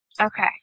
Okay